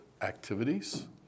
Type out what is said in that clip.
activities